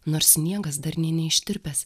nors sniegas dar nė neištirpęs